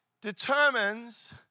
determines